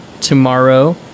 Tomorrow